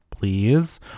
please